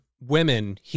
women